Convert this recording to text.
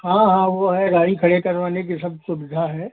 हाँ हाँ वो है गाड़ी खड़ी करवाने की सब सुविधा है